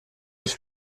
ich